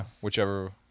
whichever